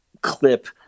clip